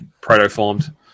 protoformed